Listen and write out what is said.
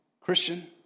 Christian